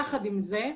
יחד עם זה,